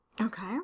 Okay